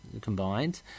combined